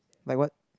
like what